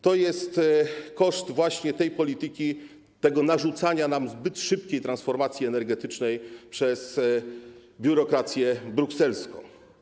To jest koszt właśnie tej polityki, tego narzucania nam zbyt szybkiej transformacji energetycznej przez biurokrację brukselską.